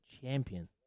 champion